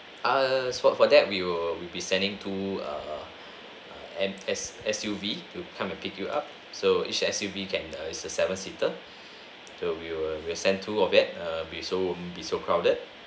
err so for that we will we will be sending two err S S S_U_V to come and pick you up so each S_U_V can err it's a seven seater so we will send two of it err will be so won't be so crowded